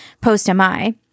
post-MI